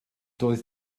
doedd